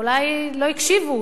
אולי לא הקשיבו,